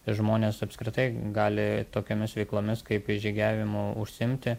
žmonės apskritai gali tokiomis veiklomis kaip i žygiavimu užsiimti